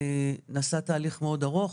נשא תהליך מאוד ארוך.